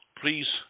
Please